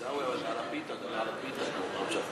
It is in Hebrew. עיסאווי, על הפיתה, דבר על הפיתה, כמו בפעם שעברה.